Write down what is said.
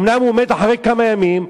אומנם הוא מת אחרי כמה ימים.